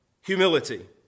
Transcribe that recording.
Humility